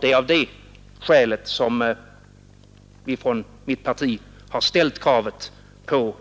Det är av det skälet som vi från mitt parti har ställt kravet på